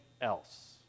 else